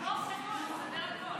נתמוך בכול, נסדר הכול,